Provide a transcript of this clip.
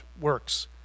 works